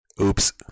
Oops